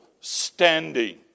standing